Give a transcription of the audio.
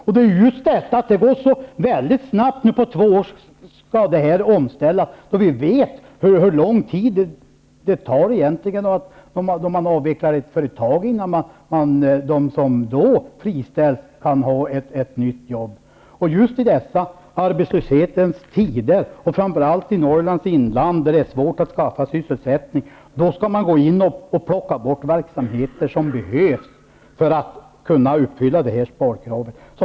Det är just detta att det går så snabbt som är problemet, att det på två år skall göras en omställning, då vi vet hur lång tid det tar innan de som friställs kan få nytt jobb. Just i dessa arbetslöshetens tider, framför allt i Norrlands inland, där det är svårt att skaffa sysselsättning, skall man plocka bort verksamheter som behövs för att kunna uppfylla detta sparkrav.